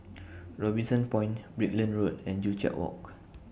Robinson Point Brickland Road and Joo Chiat Walk